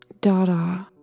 Dada